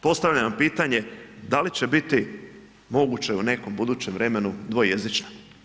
Postavljam pitanje, da li će biti moguće u nekom budućem vremenu dvojezična?